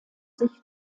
sich